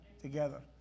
together